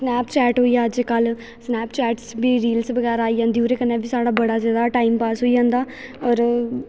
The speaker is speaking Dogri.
स्नैपचैट होई गेआ अजकल्ल स्नैपचैट्स च बी रील्स बगैरा आई जंदी ओह्दे कन्नै बी साढ़ा बड़ा जैदा टाईम पास होई जंदा और